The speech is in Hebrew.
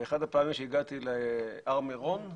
ובאחת הפעמים שהגעתי להר מרון,